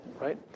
right